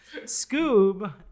Scoob